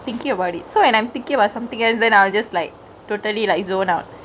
thinkingk about it so and I'm thinkingk about somethingk and then I just like totally like zone out